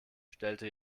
stellte